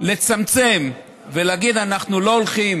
לצמצם ולהגיד: אנחנו לא הולכים